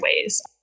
ways